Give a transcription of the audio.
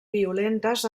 violentes